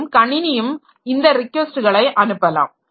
மேலும் கணினியும் இந்த ரிக்வெஸ்ட்களை அனுப்பலாம்